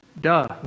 Duh